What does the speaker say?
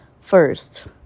First